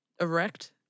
erect